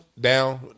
Down